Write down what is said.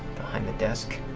behind the desk,